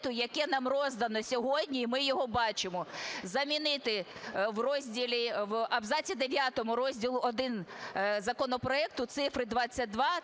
Дякую.